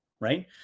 right